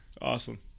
Awesome